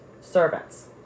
servants